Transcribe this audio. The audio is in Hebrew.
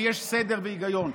ויש סדר והיגיון.